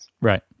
Right